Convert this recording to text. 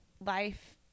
life